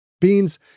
Beans